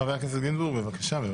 חבר הכנסת גינזבורג, בבקשה.